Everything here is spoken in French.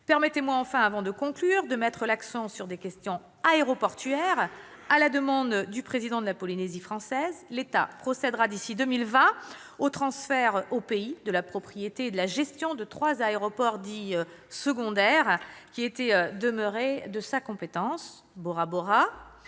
permettez-moi de mettre l'accent sur les questions aéroportuaires. À la demande du président de la Polynésie française, l'État procédera, d'ici à 2020, au transfert au pays de la propriété et de la gestion de trois aéroports dits « secondaires » qui étaient demeurés de sa compétence : Bora-Bora,